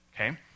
Okay